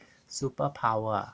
superpower